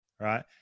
right